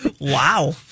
Wow